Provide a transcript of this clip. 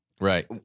Right